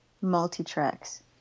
multi-tracks